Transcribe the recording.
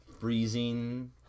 freezing